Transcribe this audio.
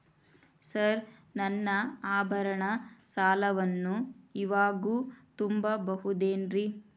Sir ನನ್ನ ಆಭರಣ ಸಾಲವನ್ನು ಇವಾಗು ತುಂಬ ಬಹುದೇನ್ರಿ?